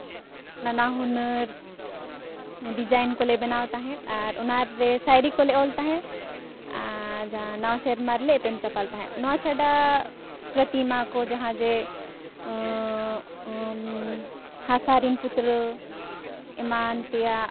ᱱᱟᱱᱟᱦᱩᱱᱟᱹᱨ ᱰᱤᱡᱟᱭᱤᱱ ᱠᱚᱞᱮ ᱵᱮᱱᱟᱣᱮᱫ ᱛᱟᱦᱮᱸᱫ ᱟᱨ ᱚᱱᱟᱨᱮ ᱥᱟᱭᱨᱤ ᱠᱚᱞᱮ ᱚᱞᱮᱫ ᱛᱟᱦᱮᱸᱫ ᱟᱨ ᱡᱟᱦᱟᱸ ᱱᱟᱣᱟ ᱥᱮᱨᱢᱟ ᱨᱮᱞᱮ ᱮᱯᱮᱢᱼᱪᱟᱯᱟᱞ ᱛᱟᱦᱮᱸᱫ ᱱᱚᱣᱟ ᱪᱷᱟᱰᱟ ᱯᱨᱟᱛᱤᱢᱟᱠᱚ ᱡᱟᱦᱟᱸ ᱡᱮ ᱦᱟᱥᱟᱨᱮᱱ ᱯᱩᱛᱲᱟᱹ ᱮᱢᱟᱱ ᱛᱮᱭᱟᱜ